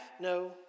no